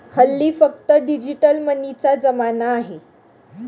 हल्ली फक्त डिजिटल मनीचा जमाना आहे